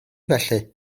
felly